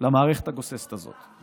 למערכת הגוססת הזאת.